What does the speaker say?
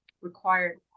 required